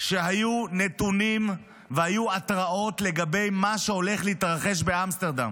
שהיו נתונים והתרעות לגבי מה שהולך להתרחש באמסטרדם.